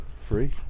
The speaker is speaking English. Free